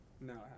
No